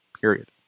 Period